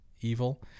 evil